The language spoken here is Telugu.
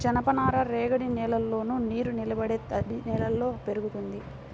జనపనార రేగడి నేలల్లోను, నీరునిలబడే తడినేలల్లో పెరుగుతుంది